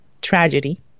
tragedy